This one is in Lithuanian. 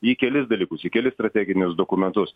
į kelis dalykus į kelis strateginius dokumentus